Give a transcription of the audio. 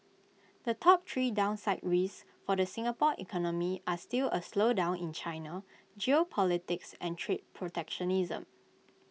the top three downside risks for the Singapore economy are still A slowdown in China geopolitics and trade protectionism